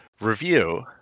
review